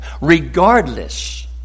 regardless